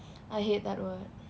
I hate that word